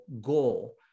goal